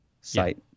site